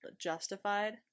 justified